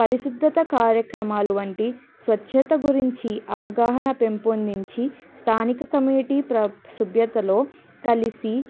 పరిశుద్ధత కార్యక్రమాలు వంటి స్వచ్ఛత గురించి అవగాహన పెంపొందించి స్థానిక కమ్యూనిటీ ప్ర సభ్యులతో కలిసి